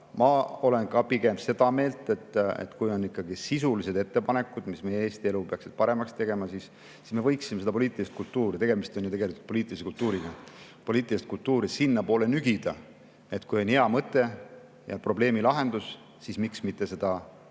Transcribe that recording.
Ma olen ka pigem seda meelt, et kui on ikkagi sisulised ettepanekud, mis meie Eesti elu peaksid paremaks tegema, siis me võiksime seda poliitilist kultuuri – tegemist on ju tegelikult poliitilise kultuuriga – sinnapoole nügida, et kui on hea mõte ja probleemi lahendus, siis miks mitte seda